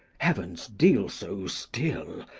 heavens, deal so still!